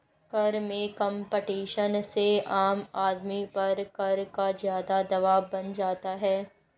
कर में कम्पटीशन से आम आदमी पर कर का ज़्यादा दवाब बन जाता है